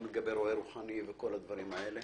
גם לגבי רועה רוחני וכל הדברים האלה,